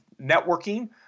networking